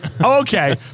Okay